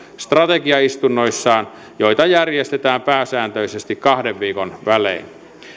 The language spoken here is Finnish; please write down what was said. strategiaistunnoissaan joita järjestetään pääsääntöisesti kahden viikon välein